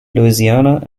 louisiana